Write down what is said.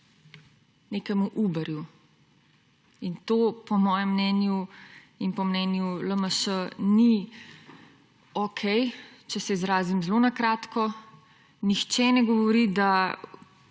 nekemu Uberju. In to, po mojem mnenju, in po mnenju LMŠ ni okej, če se izrazim zelo na kratko. Nihče ne govori v